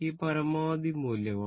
ഇത് പരമാവധി മൂല്യമാണ്